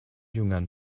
jüngern